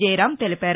జయరాం తెలిపారు